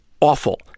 awful